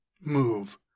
move